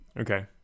Okay